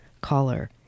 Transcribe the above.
Caller